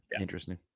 Interesting